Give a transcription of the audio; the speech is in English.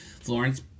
Florence